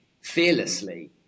fearlessly